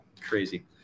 Crazy